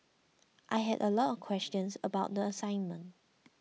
I had a lot of questions about the assignment